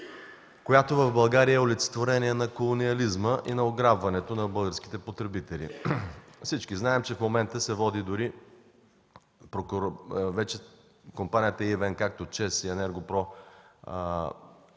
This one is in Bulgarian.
която в България е олицетворение на колониализма и на ограбването на българските потребители. Всички знаем, че в момента вече компаниите EВН, ЧЕЗ и Енерго-про